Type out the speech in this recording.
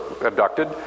abducted